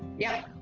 yeah.